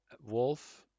Wolf